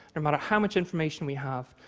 and matter how much information we have,